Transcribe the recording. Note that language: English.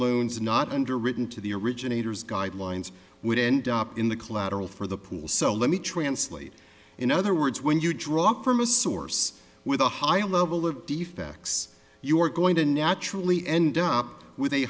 loans not underwritten to the originators guidelines would end up in the collateral for the pool so let me translate in other words when you drop from a source with a higher level of the facts you're going to naturally end up with a